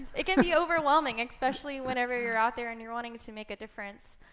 it can be overwhelming, especially whenever you're out there and you're wanting to make a difference.